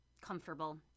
comfortable